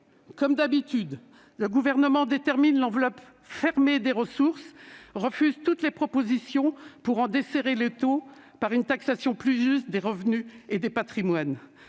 Comme d'habitude, le Gouvernement détermine l'enveloppe fermée des ressources et refuse toutes les propositions pour en desserrer l'étau par une taxation plus juste des revenus et des patrimoines.